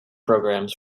programs